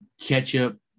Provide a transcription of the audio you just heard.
ketchup